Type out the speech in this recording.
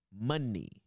money